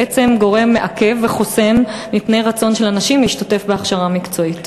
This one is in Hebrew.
בעצם גורם מעכב וחוסם מפני רצון של אנשים להשתתף בהכשרה מקצועית.